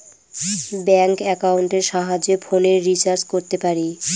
bank একাউন্টের সাহায্যে ফোনের রিচার্জ করতে পারি